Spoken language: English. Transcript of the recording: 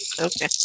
Okay